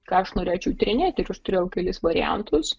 ką aš norėčiau tyrinėti ir aš turėjau kelis variantus